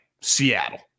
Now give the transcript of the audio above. Seattle